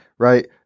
Right